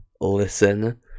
listen